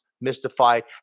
mystified